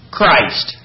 Christ